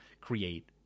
create